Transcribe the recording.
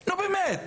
לא, באמת.